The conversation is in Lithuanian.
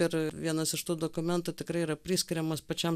ir vienas iš tų dokumentų tikrai yra priskiriamas pačiam